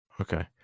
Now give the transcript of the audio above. Okay